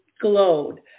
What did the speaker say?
glowed